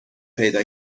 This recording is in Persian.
پیدا